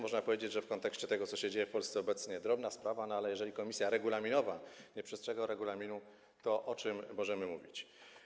Można powiedzieć, że w kontekście tego, co obecnie dzieje się w Polsce, jest to drobna sprawa, ale jeżeli komisja regulaminowa nie przestrzega regulaminu, to o czym możemy mówić.